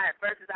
versus